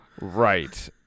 Right